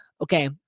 okay